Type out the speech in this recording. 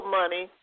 money